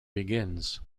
begins